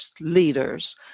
leaders